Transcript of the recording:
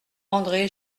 andré